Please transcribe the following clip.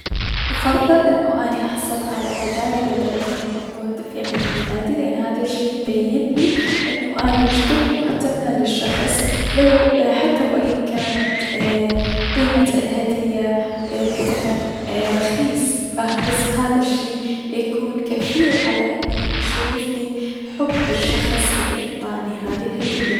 افضل انو اني احصل على هداية في عيد ميلادي بدلا من النقود لأن هذا الشي يبينلي انو اني شكد مهتمة للشخص و حتى وان كانت قيمة الهدية بثمن اي- رخيص بس هذا الشي يكون كفيل انو يشوفني حب الشخص الي انطاني هذي الهدية.